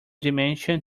dimension